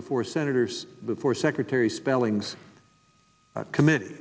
before senators before secretary spellings committed